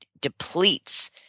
depletes